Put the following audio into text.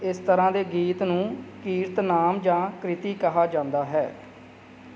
ਇਸ ਤਰ੍ਹਾਂ ਦੇ ਗੀਤ ਨੂੰ ਕੀਰਤਨਾਮ ਜਾਂ ਕ੍ਰਿਤੀ ਕਿਹਾ ਜਾਂਦਾ ਹੈ